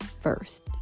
first